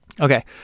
Okay